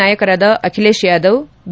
ನಾಯಕರಾದ ಅಖಿಲೇಶ್ ಯಾದವ್ ಬಿ